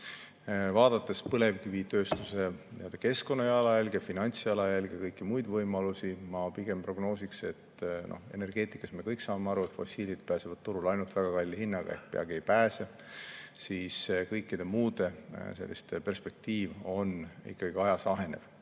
Vaadates põlevkivitööstuse keskkonnajalajälge, finantsjalajälge, kõiki muid võimalusi, ma pigem prognoosiks seda, millest me energeetikas kõik saame aru, et fossiilid pääsevad turule ainult väga kalli hinnaga ja peagi ei pääsegi. Kõikide selliste perspektiiv on ajas ahenev.